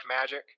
magic